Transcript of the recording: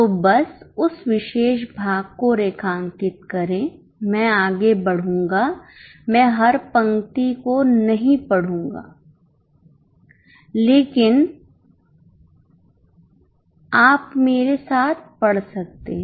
तो बस उस विशेष भाग को रेखांकित करें मैं आगे बढ़ूंगा मैं हर पंक्ति को नहीं पढ़ूंगा लेकिन आप मेरे साथ पढ़ सकते हैं